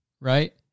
right